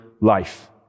life